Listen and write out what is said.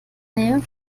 nähe